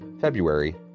February